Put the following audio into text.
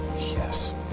Yes